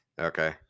Okay